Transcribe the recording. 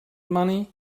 money